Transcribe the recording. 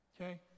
Okay